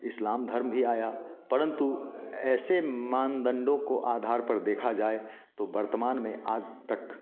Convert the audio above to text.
इस्लाम धर्म भी आया परंतु ऐसे मानदंडों को आधार पर देखा जाए तो वर्तमान में आज तक